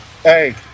Hey